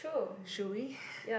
should we